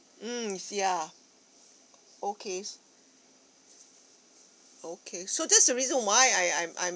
mm ya okay okay so that's the reason why I I'm I'm